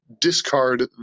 discard